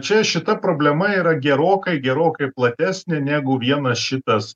čia šita problema yra gerokai gerokai platesnė negu vienas šitas